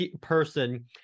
person